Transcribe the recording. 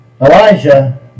Elijah